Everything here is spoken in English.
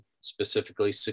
specifically